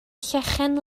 llechen